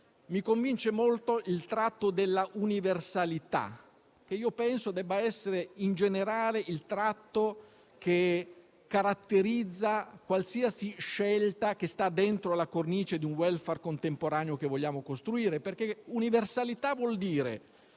mi convince molto il tratto della universalità, che io penso debba essere in generale il tratto che caratterizza qualsiasi scelta che sta dentro la cornice di un *welfare* contemporaneo che vogliamo costruire, perché universalità vuol dire